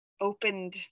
opened